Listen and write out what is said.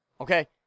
Okay